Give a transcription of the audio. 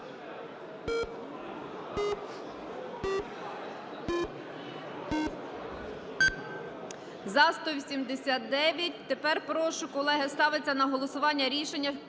За-189 Тепер прошу, колеги, ставиться на голосування рішення